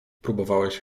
próbowałeś